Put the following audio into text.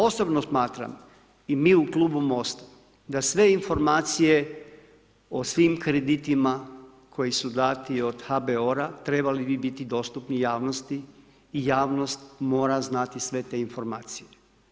Osobno smatram, i mi u klubu MOST-a da sve informacije o svim kreditima koji su dati od HBOR-a trebali bi biti dostupni javnosti i javnost mora znati sve te informacije.